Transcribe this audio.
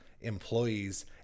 employees